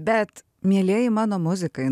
bet mielieji mano muzikai nu